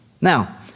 Now